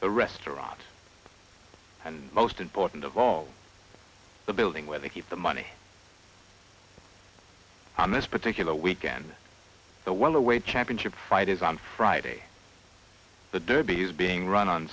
a restaurant and most important of all the building where they keep the money on this particular weekend the well away championship fight is on friday the derby is being run on